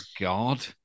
God